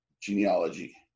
genealogy